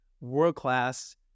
world-class